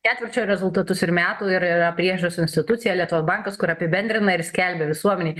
ketvirčio rezultatus ir metų ir yra priežiūros institucija lietuvos bankas kur apibendrina ir skelbia visuomenei